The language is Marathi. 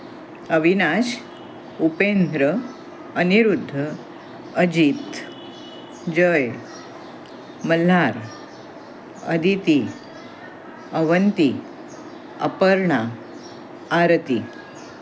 अविनाश उपेंद्र अनिरुद्ध अजित जय मल्हार अदिती अवंती अपर्णा आरती